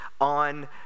on